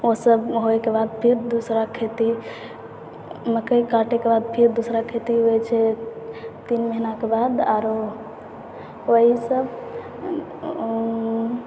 ओसब होइके बाद फिर दोसरा खेती मकइ काटैके बाद फिर दोसरा खेती होइ छै तीन महिनाके बाद आओर वएह सब